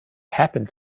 happened